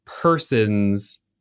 person's